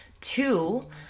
Two